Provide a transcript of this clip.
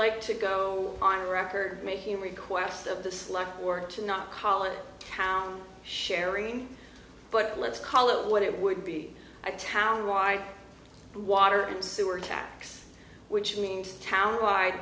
like to go on record making requests of the slug work to not college town sharing but let's call it what it would be a town wide water and sewer tax which means town